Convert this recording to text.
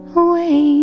away